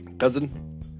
Cousin